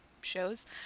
shows